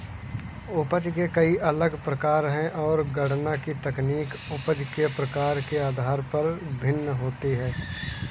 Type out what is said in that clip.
उपज के कई अलग प्रकार है, और गणना की तकनीक उपज के प्रकार के आधार पर भिन्न होती है